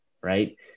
right